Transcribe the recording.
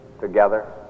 together